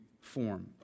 form